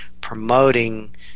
promoting